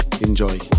Enjoy